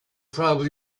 probably